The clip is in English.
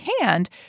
hand